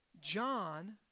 John